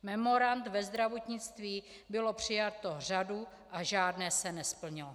Memorand ve zdravotnictví byla přijata řada a žádné se nesplnilo.